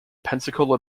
pensacola